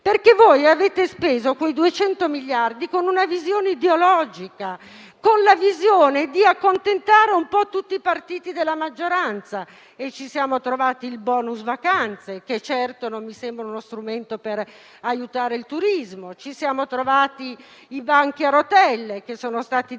perché voi avete speso quei 200 miliardi con una visione ideologica, che è quella di accontentare un po' tutti i partiti della maggioranza. E ci siamo trovati il *bonus* vacanze, che certo non mi sembra uno strumento per aiutare il turismo; ci siamo trovati i banchi a rotelle, che sono stati devastanti,